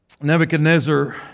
Nebuchadnezzar